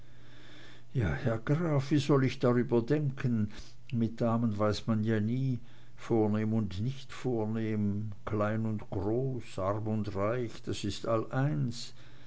ja herr graf wie soll ich darüber denken mit damen weiß man ja nie vornehm und nicht vornehm klein und groß arm und reich das is all eins